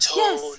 yes